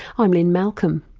i'm lynne malcolm.